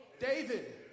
David